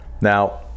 Now